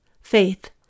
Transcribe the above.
faith